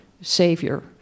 savior